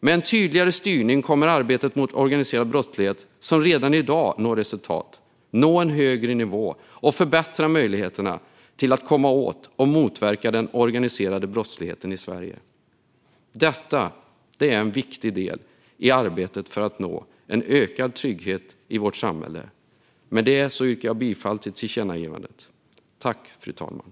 Med en tydligare styrning kommer arbetet mot organiserad brottslighet, som redan i dag når resultat, att nå en högre nivå och förbättra möjligheterna att komma åt och motverka den organiserade brottsligheten i Sverige. Detta är en viktig del i arbetet för att nå en ökad trygghet i vårt samhälle. Med detta yrkar jag bifall till utskottets förslag om ett tillkännagivande.